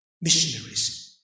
missionaries